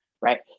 right